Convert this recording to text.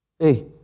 Hey